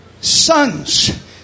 sons